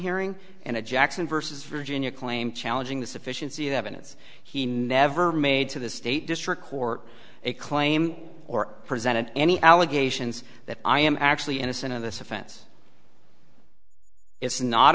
hearing and a jackson versus virginia claim challenging the sufficiency of evidence he never made to the state district court a claim or presented any allegations that i am actually innocent of this offense it's not